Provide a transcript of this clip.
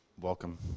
welcome